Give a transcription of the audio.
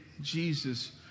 Jesus